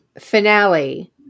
finale